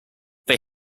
they